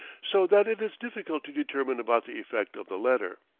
so that it is difficult to determine about the effect of the letter.